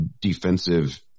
defensive